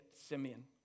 Simeon